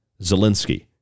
Zelensky